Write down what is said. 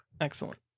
Excellent